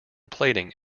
plating